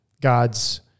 God's